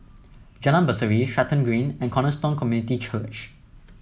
Jalan Berseri Stratton Green and Cornerstone Community Church